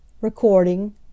Recording